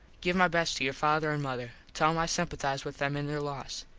give my best to your father an mother. tell em i simpathize with them in there loss.